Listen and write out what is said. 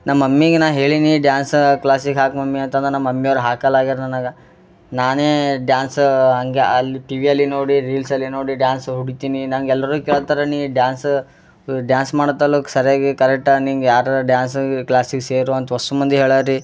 ನಮ್ಮ ಮಮ್ಮಿಗೆ ನಾ ಹೇಳಿನಿ ಡ್ಯಾನ್ಸ ಕ್ಲಾಸಿಗ್ ಹಾಕು ಮಮ್ಮಿ ಅಂತಂದ್ರೆ ನಮ್ಮ ಮಮ್ಮಿಯವರು ಹಾಕ್ಕಲ್ಲ ಆಗ್ಯಾರ ನನಗೆ ನಾನೇ ಡ್ಯಾನ್ಸ್ ಹಾಗೆ ಅಲ್ಲಿ ಟಿವಿಯಲ್ಲಿ ನೋಡಿ ರೀಲ್ಸ್ ಅಲ್ಲಿ ನೋಡಿ ಡ್ಯಾನ್ಸ್ ಹೊಡಿತೀನಿ ನಂಗೆ ಎಲ್ಲರು ಕೇಳ್ತಾರೆ ನೀ ಡ್ಯಾನ್ಸ್ ಡ್ಯಾನ್ಸ್ ಮಾಡತ್ತಲ್ಲ ಹೋಗಿ ಸರಿಯಾಗಿ ಕರೆಕ್ಟಾಗಿ ನಿಂಗೆ ಯಾರ್ಯಾರು ಡ್ಯಾನ್ಸ್ ಕ್ಲಾಸಿಗೆ ಸೇರು ಅಂತ ಒಸು ಮಂದಿ ಹೇಳ್ಯಾರಿ